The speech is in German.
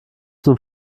zum